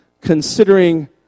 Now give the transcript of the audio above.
considering